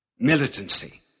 Militancy